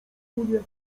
runie